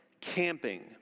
camping